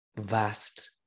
vast